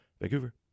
Vancouver